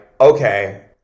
okay